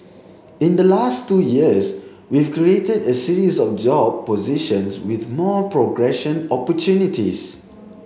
in the last two years we've created a series of job positions with more progression opportunities